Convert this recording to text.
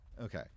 okay